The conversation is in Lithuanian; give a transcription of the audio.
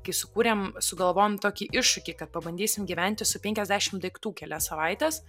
kai sukūrėm sugalvojom tokį iššūkį kad pabandysim gyventi su penkiasdešim daiktų kelias savaites